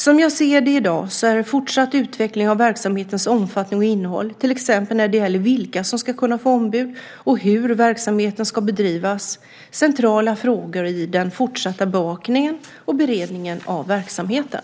Som jag ser det i dag är fortsatt utveckling av verksamhetens omfattning och innehåll, till exempel när det gäller vilka som ska kunna få ombud och hur verksamheten ska bedrivas, centrala frågor i den fortsatta bevakningen och beredningen av verksamheten.